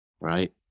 right